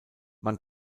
man